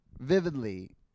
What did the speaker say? Vividly